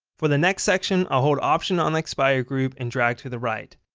for the next section i'll hold option on the expiry group and drag to the right.